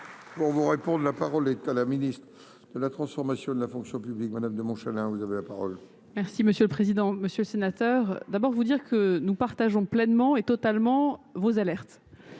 Bon vous réponde, la parole est à la ministre de la transformation de la fonction publique, madame de Montchalin, vous avez la parole. Merci monsieur le président, Monsieur le Sénateur, d'abord vous dire que nous partageons pleinement et totalement vos alertes,